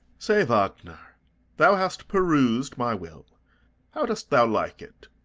say, wagner thou hast perus'd my will how dost thou like it?